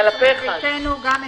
גם סיעת ישראל ביתנו הסירה.